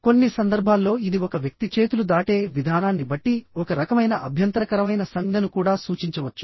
కొన్ని సందర్భాల్లో ఇది ఒక వ్యక్తి చేతులు దాటే విధానాన్ని బట్టి ఒక రకమైన అభ్యంతరకరమైన సంజ్ఞను కూడా సూచించవచ్చు